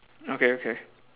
okay okay